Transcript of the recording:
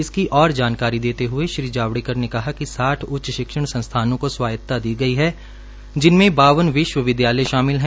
इसकी और जानकारी देते हए श्री जावड़ेकर ने कहा कि साठ उच्च शिक्षण संस्थानों को स्वायतता दी गई जिनमें बावन विश्वविद्यालयों शामिल है